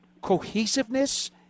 cohesiveness